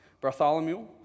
Bartholomew